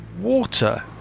water